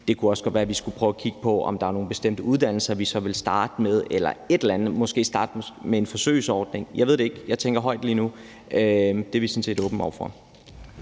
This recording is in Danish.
Det kunne også godt være, at vi skulle prøve at kigge på, om der er nogle bestemte uddannelser, vi så vil starte med, eller om vi måske skulle starte med en forsøgsordning. Jeg ved det ikke, jeg tænker højt lige nu. Det er vi sådan set åbne over for.